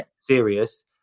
serious